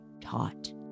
taught